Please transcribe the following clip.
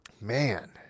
man